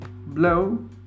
blow